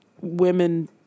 Women